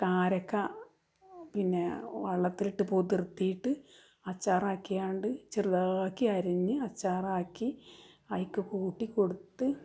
കാരക്ക പിന്നെ വെള്ളത്തിലിട്ട് കുതിർത്തിട്ട് അച്ചാർ ആക്കിയാണ്ട് ചെറുതാക്കി അരിഞ്ഞ് അച്ചാറാക്കി അയിക്ക് കൂട്ടി കൊടുത്ത്